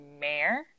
mayor